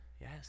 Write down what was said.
Yes